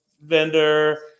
vendor